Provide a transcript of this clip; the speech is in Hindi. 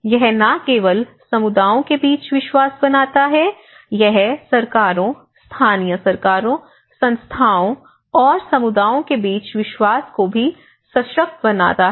यह न केवल समुदायों के बीच विश्वास बनाता है यह सरकारों स्थानीय सरकारों संस्थाओं और समुदायों के बीच विश्वास को भी सशक्त बनाता है